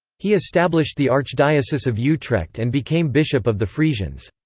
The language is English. he established the archdiocese of utrecht and became bishop of the frisians.